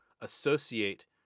associate